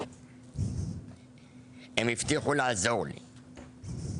הם הבטיחו לעזור לי.